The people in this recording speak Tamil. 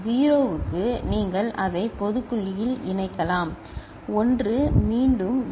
0 க்கு நீங்கள் அதை பொது புள்ளியில் இணைக்கலாம் 1 மீண்டும் வி